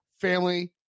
family